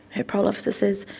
her parole officer says,